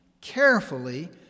carefully